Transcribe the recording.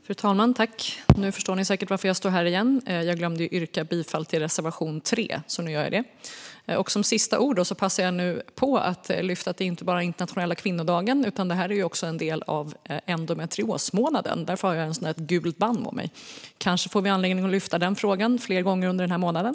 Fru talman! Ni förstår säkert varför jag står här igen. Jag glömde att yrka bifall till reservation 3, så nu gör jag det. Som sista ord passar jag nu på att lyfta att det inte bara är internationella kvinnodagen i dag utan också en del av endometriosmånaden. Det är därför jag har ett gult band på mig. Kanske får vi anledning att lyfta den frågan fler gånger under den här månaden.